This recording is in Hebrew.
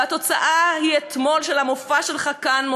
והתוצאה היא המופע שלך כאן אתמול,